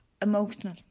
Emotional